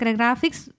graphics